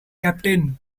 captain